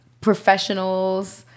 professionals